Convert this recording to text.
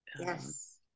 Yes